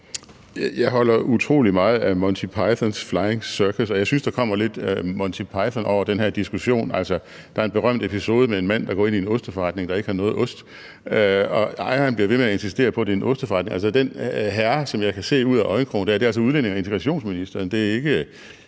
Jeg holder utrolig meget af Monty Pythons Flying Circus, og jeg synes, der kommer lidt Monty Python over den her diskussion. Der er en berømt episode med en mand, der går ind i en osteforretning, der ikke har noget ost, og ejeren blive ved med at insistere på, at det er en osteforretning. Altså, den herre, som jeg kan se ud af øjenkrogen, er udlændinge- og integrationsministeren.